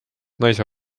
naise